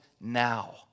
now